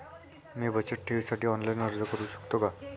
मी बचत ठेवीसाठी ऑनलाइन अर्ज करू शकतो का?